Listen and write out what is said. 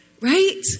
right